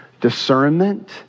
discernment